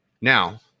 Now